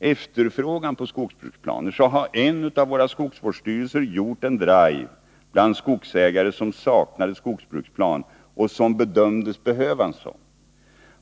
efterfrågan på skogsbruksplaner säga att en av våra skogsvårdsstyrelser har gjort en drive bland skogsägare som saknar skogsbruksplan och som bedöms behöva en sådan.